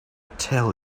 tell